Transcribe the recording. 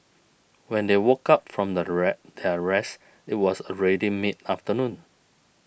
when they woke up from the their rest it was already mid afternoon